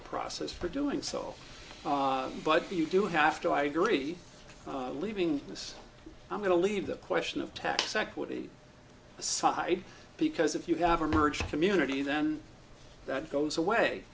a process for doing so but you do have to i agree leaving this i'm going to leave the question of tax equity aside because if you have emerged community then that goes away